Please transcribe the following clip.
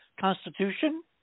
Constitution